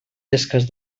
llesques